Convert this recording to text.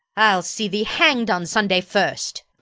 i'll see thee hang'd on sunday first.